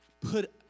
put